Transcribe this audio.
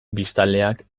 biztanleak